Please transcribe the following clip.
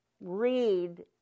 read